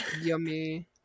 Yummy